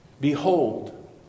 behold